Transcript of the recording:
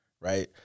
right